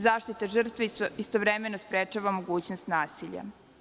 Zaštita žrtve istovremeno sprečava mogućnost nasilja.